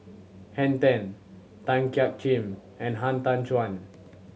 Henn Tan Tan Jiak Kim and Han Tan Juan